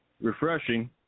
refreshing